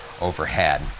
overhead